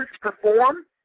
perform